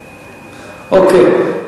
אוקיי.